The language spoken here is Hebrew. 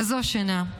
כזו שינה.